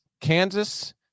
kansas